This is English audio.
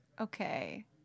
okay